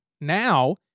Now